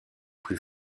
plus